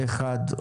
פה-אחד,